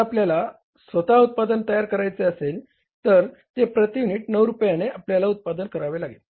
जर आपल्याला स्वतः उत्पादन तयार करायचे असेल तर ते प्रती युनिट 9 रुपयाने आपल्याला उत्पादन करावे लागेल